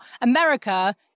America